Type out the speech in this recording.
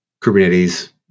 Kubernetes